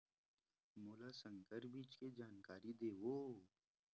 मोला संकर बीज के जानकारी देवो?